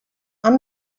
han